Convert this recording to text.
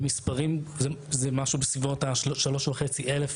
במספרים זה משהו בסביבות ה-3,500 אנשים